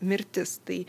mirtis tai